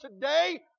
today